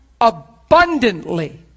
abundantly